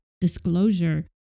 disclosure